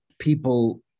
people